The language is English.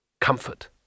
comfort